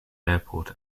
airport